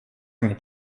mitt